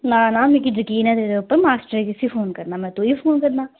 ना ना मिगी जकीन ऐ तेरे उप्पर मास्टरें कैह्सी फोन करना मैं तुई फोन करना